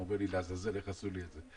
הוא אמר לי: לעזאזל, איך עשו לי את זה?